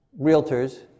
realtors